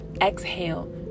exhale